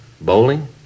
Bowling